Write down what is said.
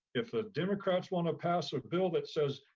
if the democrats want to pass a bill that says,